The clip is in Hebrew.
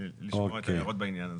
לשמוע את ההערות בעניין הזה.